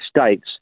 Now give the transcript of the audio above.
states